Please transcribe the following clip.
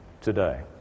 today